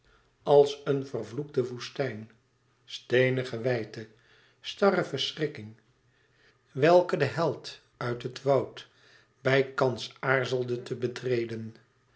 als een vervloekte woestijn steenige wijdte starre verschrikking welke de held uit het woud bijkans aarzelde te betreden